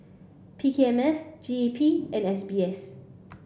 P K M S G E P and S B S